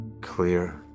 clear